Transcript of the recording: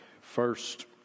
first